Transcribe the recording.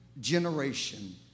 generation